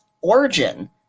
origin